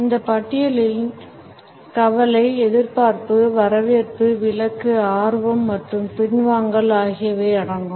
இந்த பட்டியலில் கவலை எதிர்பார்ப்பு வரவேற்பு விலக்கு ஆர்வம் மற்றும் பின்வாங்கல் ஆகியவை அடங்கும்